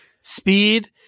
speed